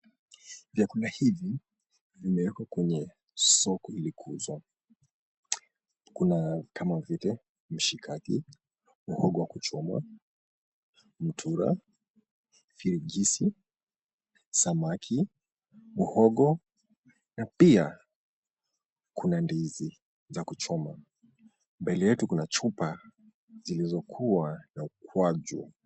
Vyakula hivi vimeekwa kwenye soko ili kuuzwa. Kuna kama vile mshikaki, mhogo wa kuchomwa, mutura, viakisi, samaki, mhogo na pia kuna ndizi za kuchoma. Mbele yetu kuna chupa zilizokuwa na ukwaju.